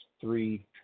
three